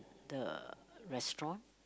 the restaurant